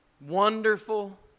wonderful